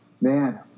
man